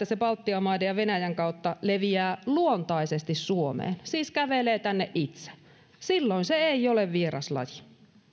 se baltian maiden ja venäjän kautta leviää luontaisesti suomeen siis kävelee tänne itse silloin se ei ole vieraslaji